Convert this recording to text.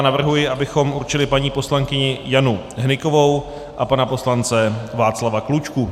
Navrhuji, abychom určili paní poslankyni Janu Hnykovou a pana poslance Václava Klučku.